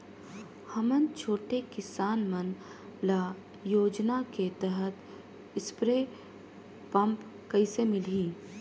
हमन छोटे किसान मन ल योजना के तहत स्प्रे पम्प कइसे मिलही?